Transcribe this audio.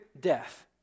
death